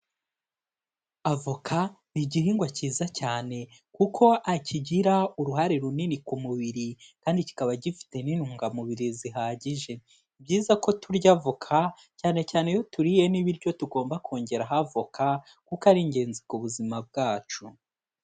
Avoka ni igihingwa kiza cyane kuko akigira uruhare runini ku mubiri kandi kikaba gifite n'intungamubiri zihagije, ni byiza ko turya voka cyane cyane iyo turiye n'ibiryo tugomba kongera havoka kuko ari ingenzi ku buzima bwacu.